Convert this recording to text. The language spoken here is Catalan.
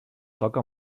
toca